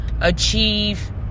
achieve